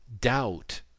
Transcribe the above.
doubt